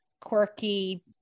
quirky